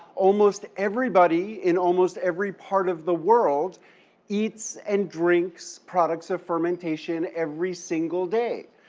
almost everybody in almost every part of the world eats and drinks products of fermentation every single day.